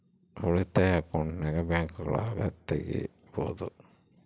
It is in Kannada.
ಉಳಿತಾಯ ಅಕೌಂಟನ್ನ ಬ್ಯಾಂಕ್ಗಳಗ ತೆಗಿಬೊದು